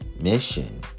mission